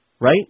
Right